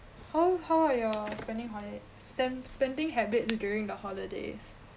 how how are your spending money stem~ spending habits during the holidays